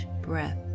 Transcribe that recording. breath